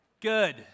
Good